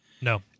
No